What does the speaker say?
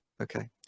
okay